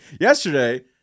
Yesterday